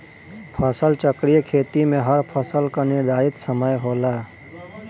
फसल चक्रीय खेती में हर फसल कअ निर्धारित समय होला